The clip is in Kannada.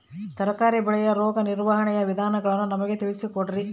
ತರಕಾರಿ ಬೆಳೆಯ ರೋಗ ನಿರ್ವಹಣೆಯ ವಿಧಾನಗಳನ್ನು ನಮಗೆ ತಿಳಿಸಿ ಕೊಡ್ರಿ?